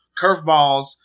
curveballs